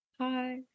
Hi